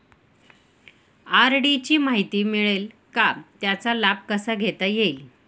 RD ची माहिती मिळेल का, त्याचा लाभ कसा घेता येईल?